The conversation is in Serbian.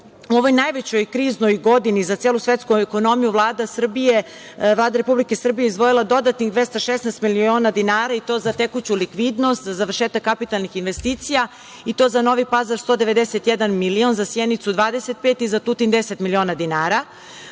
u ovoj najvećoj kriznoj godini za celu svetsku ekonomiju Vlada Republike Srbije izdvojila je dodatnih 216 miliona dinara i to za tekuću likvidnost, završetak kapitalnih investicija i to za Novi Pazar 191 milion, za Sjenicu 25 i za Tutin 10 miliona dinara.